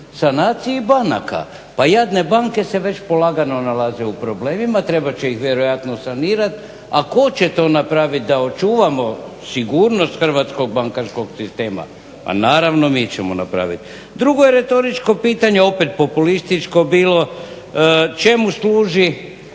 sanaciji banaka. Pa jadne banke se već polako nalaze u problemima, trebat će ih vjerojatno sanirati, a ko će to napravit da očuvamo sigurnost hrvatskog bankarskog sistema? Pa naravno mi ćemo napravit. Drugo je retoričko pitanje opet populističko bilo, čemu služi